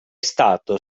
stato